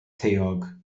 taeog